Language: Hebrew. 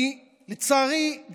לצערי,